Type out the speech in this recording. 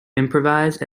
improvise